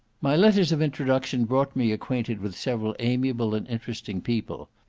my letters of introduction brought me acquainted with several amiable and interesting people.